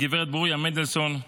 הגברת ברוריה מנדלסון,